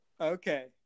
Okay